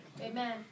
Amen